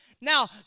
Now